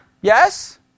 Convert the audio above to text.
yes